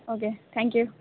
okay thank U